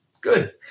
Good